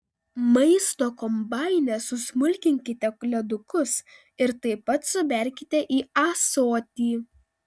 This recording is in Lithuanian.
maisto kombaine susmulkinkite ledukus ir taip pat suberkite į ąsotį